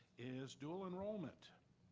is dual enrollment.